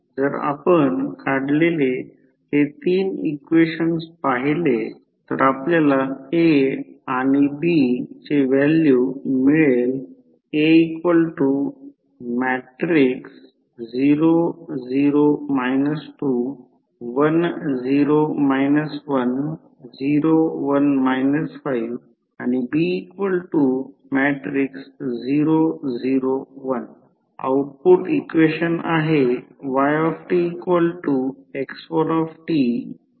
जर आपण काढलेले हे तीन इक्वेशन पाहिले तर आपल्याला A आणि B ची व्हॅल्यू मिळेल आऊटपुट इक्वेशन आहे